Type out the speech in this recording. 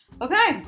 Okay